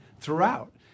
throughout